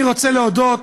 אני רוצה להודות